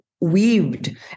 weaved